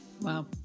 wow